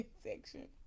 section